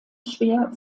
schwer